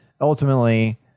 ultimately